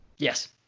Yes